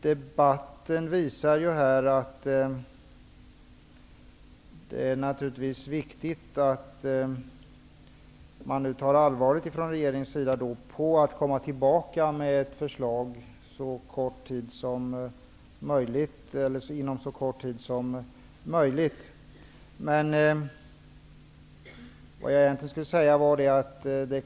Debatten visar att det är viktigt att regeringen inom så kort tid som möjligt kommer tillbaka till riksdagen med ett förslag.